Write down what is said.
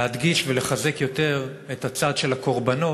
להדגיש ולחזק יותר את הצד של הקורבנות,